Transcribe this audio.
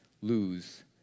lose